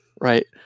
right